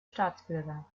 staatsbürger